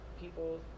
people